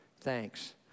thanks